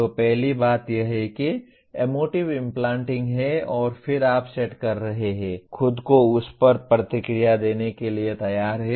तो पहली बात यह है कि एमोटिंव इम्प्लांटिंग है और फिर आप सेट कर रहे हैं खुद को उस पर प्रतिक्रिया देने के लिए तैयार है